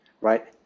right